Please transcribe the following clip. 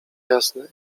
jasne